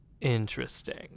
Interesting